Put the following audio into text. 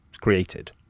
created